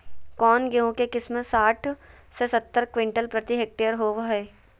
कौन गेंहू के किस्म साठ से सत्तर क्विंटल प्रति हेक्टेयर होबो हाय?